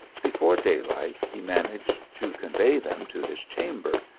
before daylight he managed to convey them to his chamber,